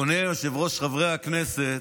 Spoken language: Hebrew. אדוני היושב-ראש, חברי הכנסת,